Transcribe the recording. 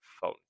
phone